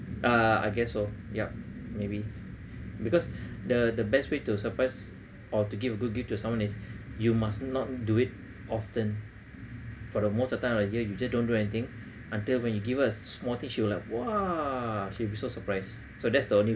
uh I guess so yup maybe because the the best way to surprise or to give a good gift to someone is you must not do it often for the most of time of the year you just don't do anything until when you give her a small thing she will like !wah! she'll be so surprised so that's the only